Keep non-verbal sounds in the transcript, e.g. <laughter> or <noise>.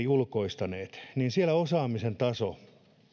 <unintelligible> ulkoistaneet palkanmaksua niin siellä osaamisen taso